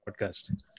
Podcast